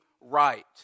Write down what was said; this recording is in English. right